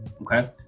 okay